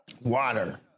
water